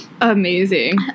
Amazing